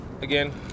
again